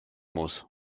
muss